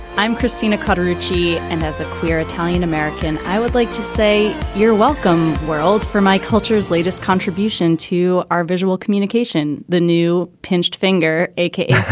i'm christina cutter yuichi. and as a queer italian-american, i would like to say you're welcome well, for my culture's latest contribution to our visual communication, the new pinched finger, a k a.